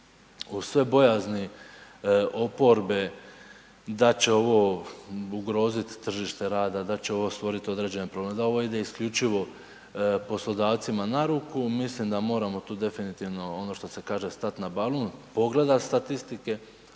Uz sve bojazni oporbe da će ovo ugrozit tržište rada, da će ovo stvorit određeni problem, da ovo ide isključivo poslodavcima na ruku, mislim da moramo tu definitivno ono što se kaže stati na balun, pogledat statistike,